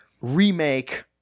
remake